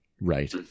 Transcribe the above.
Right